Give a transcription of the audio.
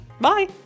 Bye